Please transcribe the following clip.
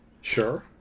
Sure